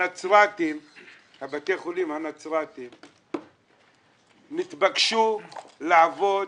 בתי החולים בנצרת נתבקשו לעבוד